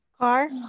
carr,